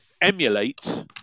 emulate